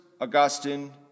Augustine